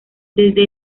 desde